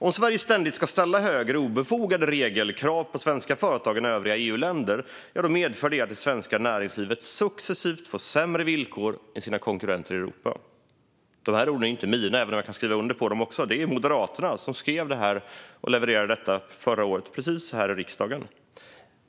Om Sverige ständigt ska ställa högre och obefogade regelkrav på svenska företag än övriga EU-länder medför det att det svenska näringslivet successivt får sämre villkor än sina konkurrenter i Europa. Dessa ord är inte mina, även om jag kan skriva under på dem. Det var Moderaterna som skrev detta och levererade det här i riksdagen förra året.